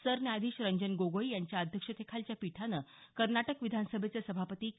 सरन्यायाधीश रंजन गोगोई यांच्या अध्यक्षतेखालच्या पीठानं कर्नाटक विधानसभेचे सभापती के